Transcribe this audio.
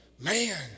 Man